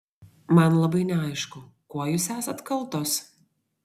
man labai neaišku kuo jūs esat kaltos